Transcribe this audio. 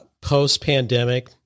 post-pandemic